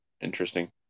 interesting